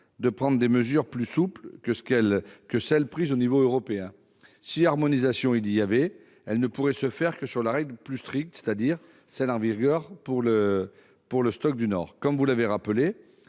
de prendre des mesures plus souples que celles qui sont prises à l'échelon européen. Si harmonisation il y avait, elle ne pourrait se faire que sur la règle plus stricte, c'est-à-dire celle qui est en vigueur pour le stock du nord. Comme vous l'avez rappelé,